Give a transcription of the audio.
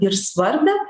ir svarbią